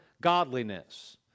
godliness